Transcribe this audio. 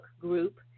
group